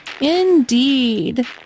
Indeed